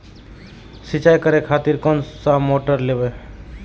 सीचाई करें खातिर कोन सा मोटर लेबे?